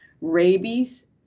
rabies